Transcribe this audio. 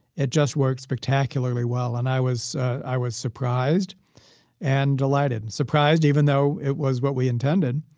it just worked spectacularly well. and i was i was surprised and delighted surprised even though it was what we intended,